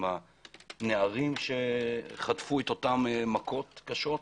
עם הנערים שחטפו אותן מכות קשות,